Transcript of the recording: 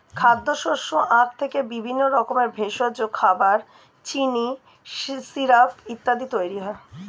খাদ্যশস্য আখ থেকে বিভিন্ন রকমের ভেষজ, খাবার, চিনি, সিরাপ ইত্যাদি তৈরি হয়